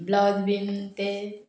blouse बीन तें